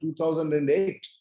2008